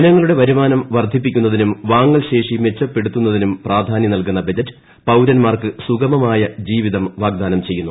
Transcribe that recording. ജനങ്ങളുടെ വരുമാസ്സ് ദ് വർദ്ധിപ്പിക്കുന്നതിനും വാങ്ങൽ ശേഷി മെച്ചപ്പെടുത്തുന്നുതിനു് പ്രാധാന്യം നൽകുന്ന ബജറ്റ് പൌരന്മാർക്ക് സുഗമമായു് ജീവിതം വാഗ്ദാനം ചെയ്യുന്നു